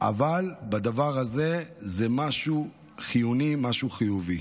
אבל הדבר הזה זה משהו חיוני, משהו חיובי.